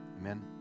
Amen